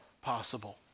possible